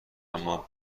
اما